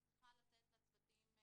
היא צריכה לתת לצוותים,